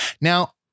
Now